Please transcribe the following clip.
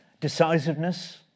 decisiveness